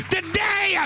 Today